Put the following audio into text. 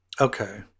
Okay